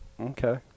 Okay